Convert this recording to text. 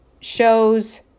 shows